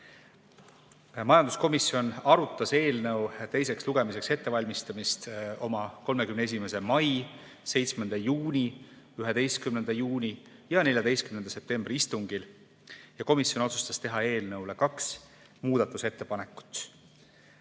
esitanud. Majanduskomisjon arutas eelnõu teiseks lugemiseks ettevalmistamist oma 31. mai, 7. juuni, 11. juuni ja 14. septembri istungil ning komisjon otsustas teha eelnõu kohta kaks muudatusettepanekut.